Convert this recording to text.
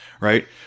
Right